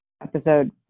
Episode